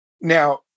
Now